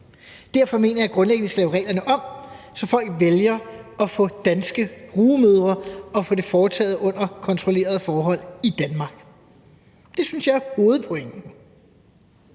Derfor mener jeg grundlæggende, at vi skal lave reglerne om, så folk vælger at få danske rugemødre og få det foretaget under kontrollerede forhold i Danmark. Det synes jeg er hovedpointen.